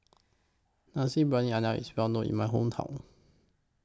Nasi Briyani IS Well known in My Hometown